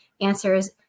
answers